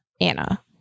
Anna